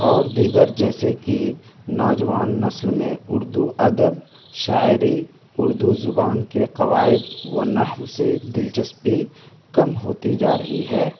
اور دیگر جیسے کہ نوجوان نسل میں اردو ادب شاعری اردو زبان کے قواعد ونحو سے دلچسپی کم ہوتی جا رہی ہے